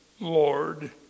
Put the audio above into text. Lord